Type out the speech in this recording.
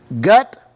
gut